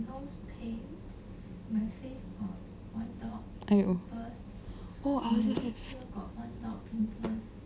!aiyo!